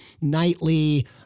nightly